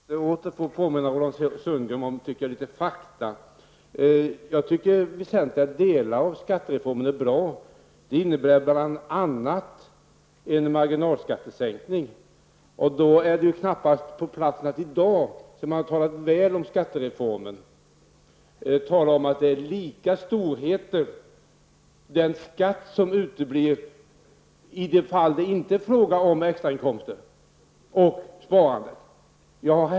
Herr talman! Låt mig åter få påminna Roland Sundgren om litet fakta. Jag tycker att väsentliga delar av skattereformen är bra. Det innebär bl.a. en marginalskattesänkning. Då är det knappast på plats att i dag när man har talat väl om skattereformen tala om lika storheter när det gäller den skatt som uteblir i det fall det inte är fråga om extra inkomster och sparande.